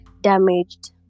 damaged